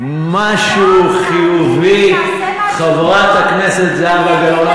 משהו חיובי, חברת הכנסת זהבה גלאון?